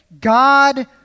God